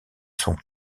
son